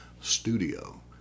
studio